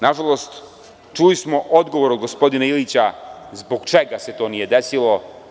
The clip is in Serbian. Na žalost, čuli smo odgovor od gospodina Ilića zbog čega se to nije desilo.